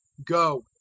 go,